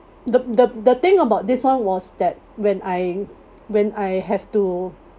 the the the thing about this [one] was that when I when I have to